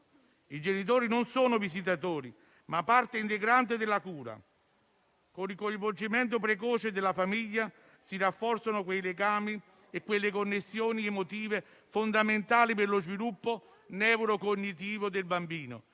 I genitori non sono visitatori, ma parte integrante della cura. Con il coinvolgimento precoce della famiglia si rafforzano i legami e le connessioni emotive fondamentali per lo sviluppo neurocognitivo del bambino,